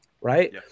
Right